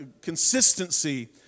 consistency